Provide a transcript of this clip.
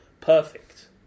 perfect